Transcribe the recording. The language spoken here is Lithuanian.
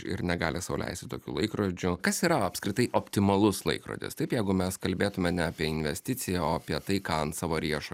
ir negali sau leisti tokių laikrodžių kas yra apskritai optimalus laikrodis taip jeigu mes kalbėtume ne apie investiciją o apie tai ką ant savo riešo